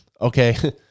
Okay